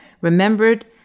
remembered